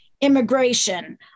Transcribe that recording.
immigration